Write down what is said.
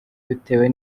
bitewe